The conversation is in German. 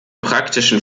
praktischen